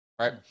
Right